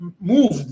moved